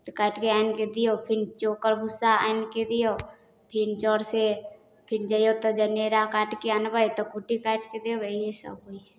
तऽ काटिके आनिके दिऔ फेर चोकर भुस्सा आनिके दिऔ फेर चरसँ फेर जइऔ तऽ जनेरा काटिके आनबै तऽ कुट्टी काटिके देबै इएहसब होइ छै